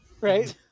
Right